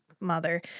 mother